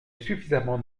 suffisamment